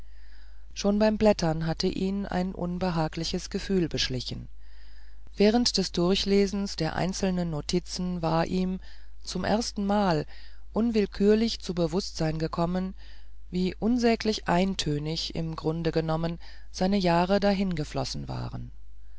schon beim blättern hatte ihn ein unbehagliches gefühl beschlichen während des durchlesens der einzelnen notizen waren ihm zum erstenmal unwillkürlich zu bewußtsein gekommen wie unsäglich eintönig im grunde genommen seine jahre dahingeflossen waren